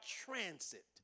transit